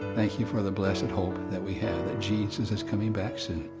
thank you for the blessed and hope that we have, that jesus is coming back soon.